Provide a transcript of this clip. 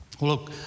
Look